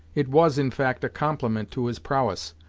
it was, in fact, a compliment to his prowess,